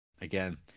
Again